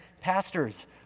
pastors